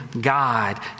God